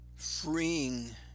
freeing